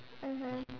mmhmm